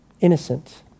innocent